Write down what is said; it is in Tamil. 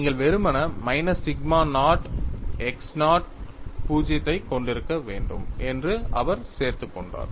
நீங்கள் வெறுமனே மைனஸ் சிக்மா நாட் x0 0 ஐக் கொண்டிருக்க வேண்டும் என்று அவர் சேர்த்துக் கொண்டார்